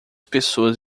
pessoas